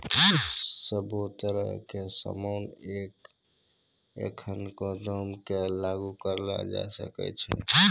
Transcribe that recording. सभ्भे तरह के सामान पर एखनको दाम क लागू करलो जाय सकै छै